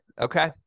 Okay